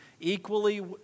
equally